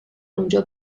اونجا